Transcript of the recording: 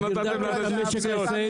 לא נתתם לאנשים,